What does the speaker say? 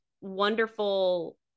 wonderful